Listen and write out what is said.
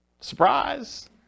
Surprise